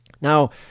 Now